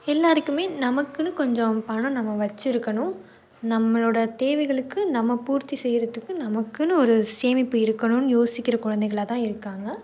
எல்லோருக்குமே நமக்குனு கொஞ்சம் பணம் நம்ம வச்சுருக்கணும் நம்மளோடய தேவைகளுக்கு நம்ம பூர்த்தி செய்யறதுக்கு நமக்குனு ஒரு சேமிப்பு இருக்கணும்னு யோசிக்கிற குழந்தைகளாதான் இருக்காங்க